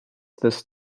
this